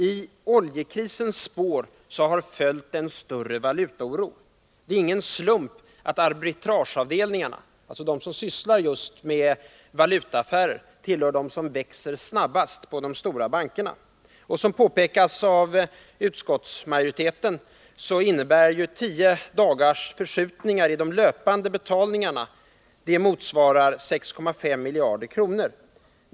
I oljekrisens spår har följt en större valutaoro. Det är ingen slump att arbitrageavdelningarna, de som sysslar just med valutaaffärer, växt snabbast på de stora bankerna. Som påpekas av utskottsmajoriteten motsvarar ju tio dagars förskjutning i de löpande betalningarna 6,5 miljarder kronor.